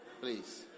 Please